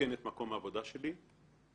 מסכן את מקום העבודה שלי או